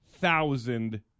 thousand